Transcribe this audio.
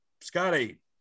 Scotty